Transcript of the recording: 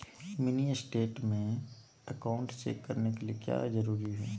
Mini state में account check करने के लिए क्या क्या जरूरी है?